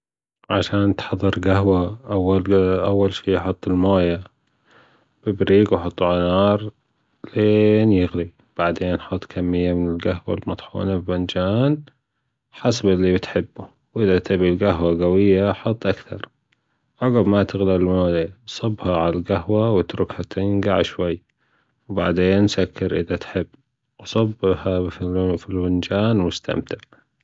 عشان تحضر جهوة أو- أول شي أحط المايا في ابيج وأحطة على النار لين يغلي وبعدين أحط كمية من الجهوة المطحونة في فنجان حسب اللي تحب وإذا تبي الجهوة جوية حط أكثر أول ما تغلى الماية صبها على الجهوة واتركها تنجع شوي وبعدين سكر إذا تحب وصبها في الفنجان واستمتع.